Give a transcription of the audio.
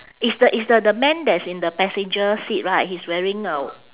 is the is the the man that's in the passenger seat right he's wearing a